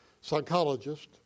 psychologist